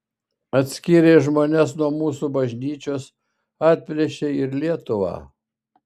atskyrei žmones nuo mūsų bažnyčios atplėšei ir lietuvą